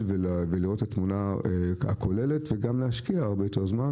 ולראות את התמונה הכוללת וגם להשקיע הרבה יותר זמן.